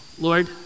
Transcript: Lord